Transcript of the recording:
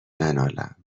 ننالم